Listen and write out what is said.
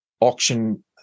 auction